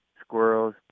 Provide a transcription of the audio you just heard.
squirrels